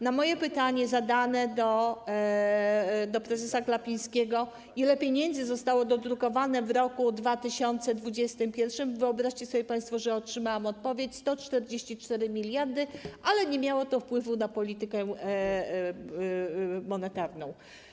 Na moje pytanie zadane do prezesa Glapińskiego, ile pieniędzy zostało dodrukowane w roku 2021, wyobraźcie sobie państwo, że otrzymałam odpowiedź: 144 mld, ale nie miało to wpływu na politykę monetarną.